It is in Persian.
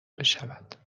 بشود